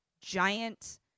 giant